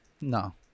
No